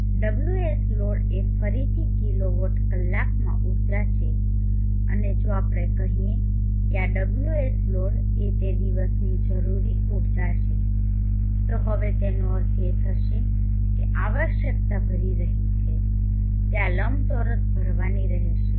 તેથી WhLoad એ ફરીથી કિલોવોટ કલાકમાં ઊર્જા છે અને જો આપણે કહીએ કે આ WhLoad એ તે દિવસની જરૂરી ઊર્જા છે તો હવે તેનો અર્થ એ થશે કે આવશ્યકતા ભરી રહી છે તે આ લંબચોરસ ભરવાની રહેશે